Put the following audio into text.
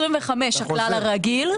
2025, הכלל הרגיל.